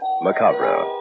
Macabre